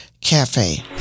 Cafe